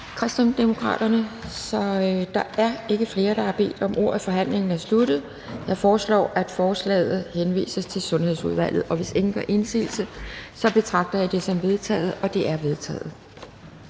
Kristendemokraterne, så der er ikke flere, der har bedt om ordet. Forhandlingen er sluttet. Jeg foreslår, at forslaget henvises til Sundhedsudvalget. Hvis ingen gør indsigelse, betragter jeg det som vedtaget. Det er vedtaget.